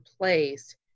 place